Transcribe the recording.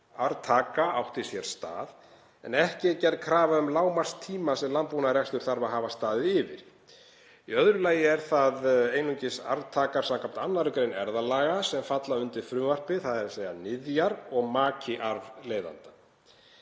arftaka átti sér stað, en ekki er gerð krafa um lágmarkstíma sem landbúnaðarrekstur þarf að hafa staðið yfir. Í öðru lagi eru það einungis arftakar samkvæmt 2. gr. erfðalaga sem falla undir frumvarpið, þ.e. niðjar og maki arfleiðanda.